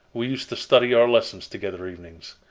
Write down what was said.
we used to study our lessons together evenings.